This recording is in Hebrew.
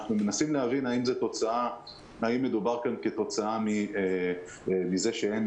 אנחנו מנסים להבין האם מדובר כאן כתוצאה מזה שאין